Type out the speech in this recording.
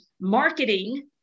marketing